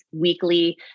weekly